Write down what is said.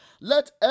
let